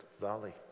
valley